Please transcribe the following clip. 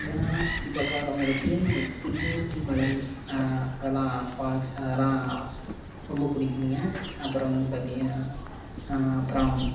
இங்கெல்லாம் சுற்றிப் பார்க்க வரவங்களுக்கு திருமூர்த்தி மலை அதெல்லாம் ஃபால்ஸ் அதெல்லாம் ரொம்ப பிடிக்குங்க அப்புறம் வந்து பார்த்திங்கனா அப்புறம்